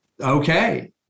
okay